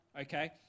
okay